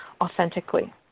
authentically